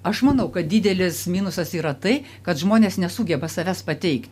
aš manau kad didelis minusas yra tai kad žmonės nesugeba savęs pateik